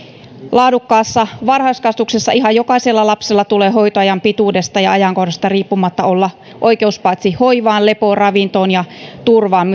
laadukkaassa varhaiskasvatuksessa ihan jokaisella lapsella tulee hoitoajan pituudesta ja ajankohdasta riippumatta olla oikeus paitsi hoivaan lepoon ravintoon ja turvaan